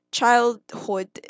childhood